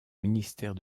ministère